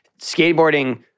skateboarding